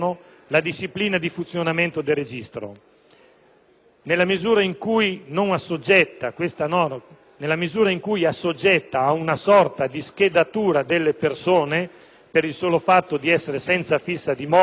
Nella misura in cui assoggetta a una sorta di schedatura le persone per il solo fatto di essere senza fissa dimora, senza neppure specificare le finalità per cui